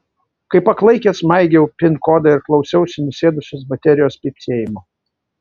kaip paklaikęs maigiau pin kodą ir klausiausi nusėdusios baterijos pypsėjimo